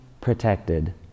protected